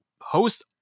host